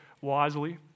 wisely